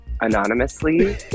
anonymously